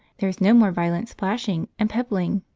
there is no more violent splashing and pebbling,